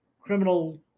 criminal